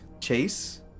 Chase